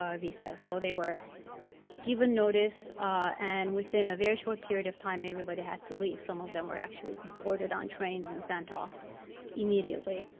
um visas. so they were given notice and within a very short period of time everybody had to leave. some of them were actually boarded on trains and sent off immediately.